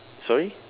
sorry